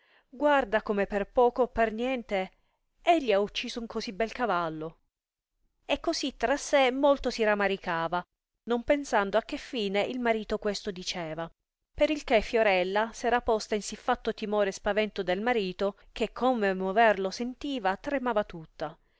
guarda come per poco o per niente egli ha ucciso così bel cavallo e cosi tra sé molto si ramaricava non pensando a che fine il marito questo diceva per il che fiorella s era posta in sì fatto timore e spavento del marito che come mover lo sentiva tremava tutta